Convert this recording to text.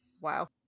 Wow